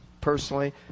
personally